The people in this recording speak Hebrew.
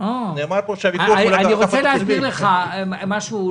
נאמר פה שהוויכוח --- אני רוצה להסביר לך משהו: